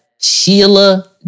Sheila